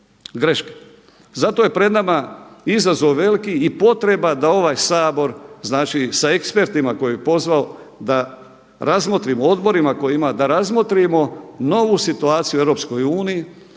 greška. Zato je pred nama izazov veliki i potreba da ovaj Sabor znači sa ekspertima koje je pozvao da razmotri po odborima koje ima da razmotrimo novu situaciju u Europskoj uniji,